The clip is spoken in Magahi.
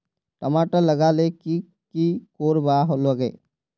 टमाटर लगा ले की की कोर वा लागे?